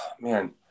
man